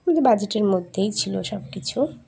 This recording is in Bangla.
আমাদের বাজেটের মধ্যেই ছিলো সব কিছু